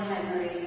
Henry